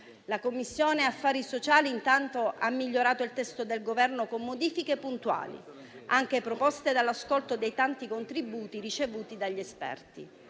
La Commissione affari sociali, intanto, ha migliorato il testo del Governo con modifiche puntuali, proposte anche dall'ascolto dei tanti contributi ricevuti dagli esperti.